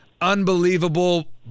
Unbelievable